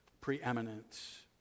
preeminence